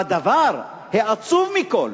והדבר העצוב מכול,